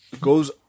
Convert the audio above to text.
goes